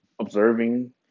observing